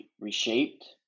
reshaped